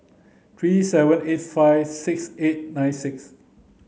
three seven eight five six eight nine six